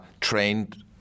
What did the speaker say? trained